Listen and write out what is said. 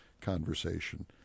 conversation